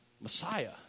Messiah